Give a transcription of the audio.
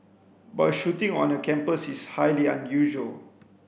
but a shooting on a campus is highly unusual